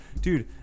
dude